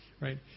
right